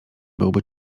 byłby